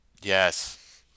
Yes